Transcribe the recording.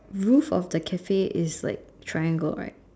roof of the Cafe is like triangle right